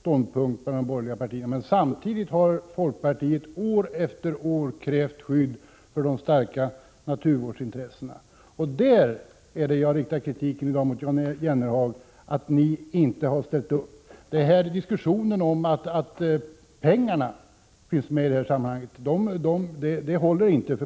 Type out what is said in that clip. ståndpunkt hos de borgerliga partierna. Men samtidigt har folkpartiet år efter år krävt skydd för de starka naturvårdsintressena. Och det är beträffande det kravet som jag i dag riktar kritik mot Jan Jennehag för att ni inte har ställt upp. Den här diskussionen om att pengarna finns med i detta sammanhang håller inte.